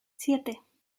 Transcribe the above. siete